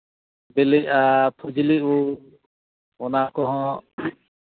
ᱵᱤᱞᱤᱜᱼᱟ ᱯᱷᱚᱡᱽᱞᱤ ᱩᱞ ᱚᱱᱟ ᱠᱚᱦᱚᱸ